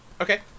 Okay